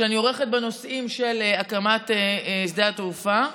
שאני עורכת בנושאים של הקמת שדה התעופה,